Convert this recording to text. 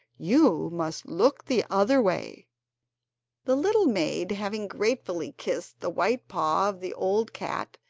you must look the other way the little maid, having gratefully kissed the white paw of the old cat,